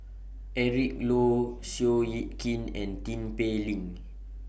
Eric Low Seow Yit Kin and Tin Pei Ling